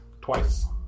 Twice